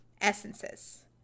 essences